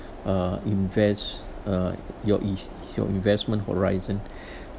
uh invest uh your ins~ your investment horizon